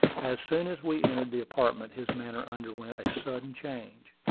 as soon as we entered the apartment his manner underwent a sudden change.